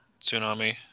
Tsunami